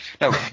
No